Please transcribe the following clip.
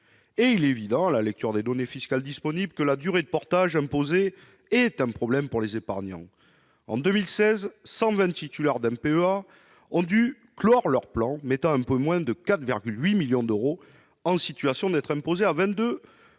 sur le revenu. À la lecture des données fiscales disponibles, il est évident que la durée de portage imposée est un problème pour les épargnants. En 2016, quelque 120 titulaires d'un PEA ont dû clore leur plan, ce qui a mis un peu moins de 4,8 millions d'euros en situation d'être imposés à 22